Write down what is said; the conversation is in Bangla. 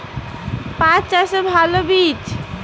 পাঠ চাষের ভালো বীজ?